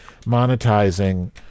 monetizing